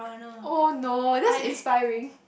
oh no that's inspiring